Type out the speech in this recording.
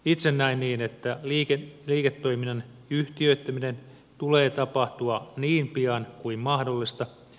itse näen niin että liiketoiminnan yhtiöittämisen tulee tapahtua niin pian kuin mahdollista